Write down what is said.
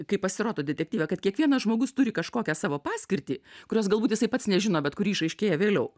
kai pasirodo detektyve kad kiekvienas žmogus turi kažkokią savo paskirtį kurios galbūt jisai pats nežino bet kuri išaiškėja vėliau